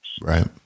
Right